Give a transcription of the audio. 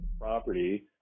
property